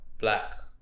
black